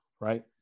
right